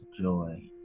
joy